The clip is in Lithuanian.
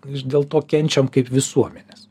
ir dėl to kenčiam kaip visuomenės